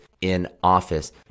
in-office